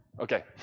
Okay